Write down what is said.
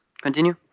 continue